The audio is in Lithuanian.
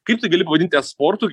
kaip tai gali pavadinti a sportu